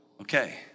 Okay